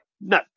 No